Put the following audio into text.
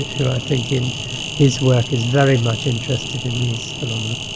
who i think in his work is very much interested in these phenomena.